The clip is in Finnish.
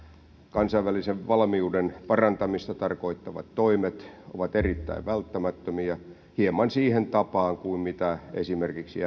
kansainvälisen valmiuden parantamista tarkoittavat toimet ovat erittäin välttämättömiä hieman siihen tapaan kuin mitä esimerkiksi